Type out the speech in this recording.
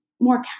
more